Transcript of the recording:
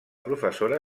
professora